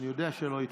אני יודע שלא התכוננת.